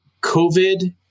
COVID